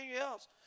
else